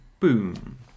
boom